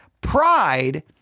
Pride